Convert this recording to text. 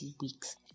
weeks